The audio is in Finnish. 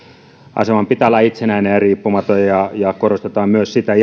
aseman pitää olla itsenäinen ja riippumaton ihan aiheellisesti korostetaan myös sitä